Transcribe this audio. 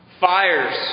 Fires